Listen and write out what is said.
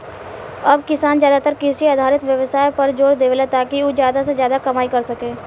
अब किसान ज्यादातर कृषि आधारित व्यवसाय पर जोर देवेले, ताकि उ ज्यादा से ज्यादा कमाई कर सके